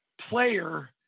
player